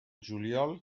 juliol